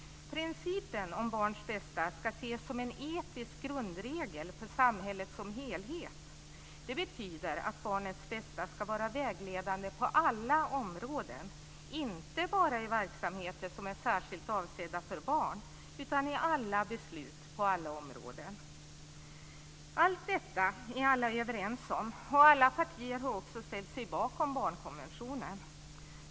Principen om barns bästa ska ses som en etisk grundregel för samhället som helhet. Det betyder att barnets bästa ska vara vägledande på alla områden - inte bara i verksamheter som är särskilt avsedda för barn utan i alla beslut på alla områden. Allt detta är alla överens om, och alla partier har också ställt sig bakom barnkonventionen.